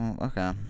okay